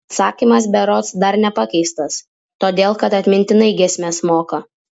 atsakymas berods dar nepakeistas todėl kad atmintinai giesmes moka